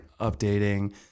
updating